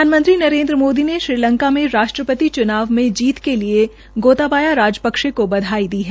प्रधानमंत्री नरेन्द्र मोदी ने श्री लंका में राष्ट्रपति चुनाव में जीत के लिए गोताबाया राजपक्षे को बधाई दी है